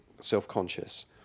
self-conscious